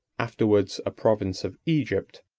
afterwards a province of egypt,